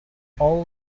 all